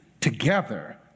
together